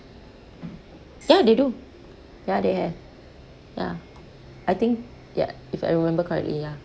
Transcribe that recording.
ya they do ya they have ya I think ya if I remember correctly ya